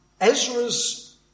Ezra's